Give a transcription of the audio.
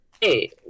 Hey